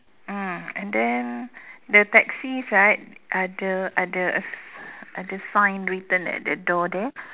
mm and then the taxis right ada ada ada sign written at the door there